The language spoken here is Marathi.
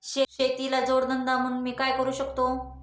शेतीला जोड धंदा म्हणून मी काय करु शकतो?